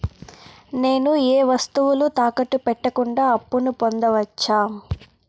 నేను ఏ వస్తువులు తాకట్టు పెట్టకుండా అప్పును పొందవచ్చా?